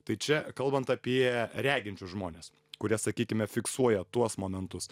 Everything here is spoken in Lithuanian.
tai čia kalbant apie reginčius žmones kurie sakykime fiksuoja tuos momentus